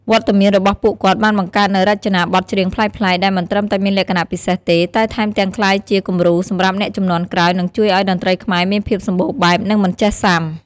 វត្តមានរបស់ពួកគាត់បានបង្កើតនូវ រចនាបថច្រៀងប្លែកៗ ដែលមិនត្រឹមតែមានលក្ខណៈពិសេសទេ តែថែមទាំងក្លាយជាគំរូសម្រាប់អ្នកជំនាន់ក្រោយ និងជួយឱ្យតន្ត្រីខ្មែរមានភាពសម្បូរបែប និងមិនចេះសាំ។